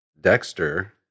Dexter